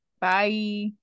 bye